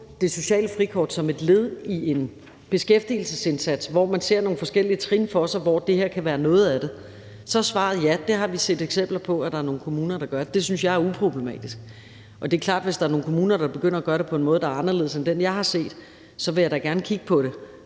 det sociale frikort som et led i en beskæftigelsesindsats, hvor man ser nogle forskellige trin for sig, hvor det her kan være noget af det, så er svaret, at ja, det har vi set eksempler på at der er nogle kommuner der gør. Det synes jeg er uproblematisk. Det er klart, at hvis der er nogen kommuner, der begynder at gøre det på en måde, der er anderledes end den, jeg har set, så vil jeg da gerne kigge på det.